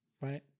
right